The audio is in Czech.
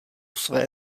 své